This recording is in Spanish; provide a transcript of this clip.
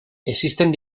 existen